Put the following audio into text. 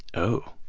oh